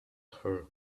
her